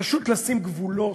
פשוט לשים גבולות.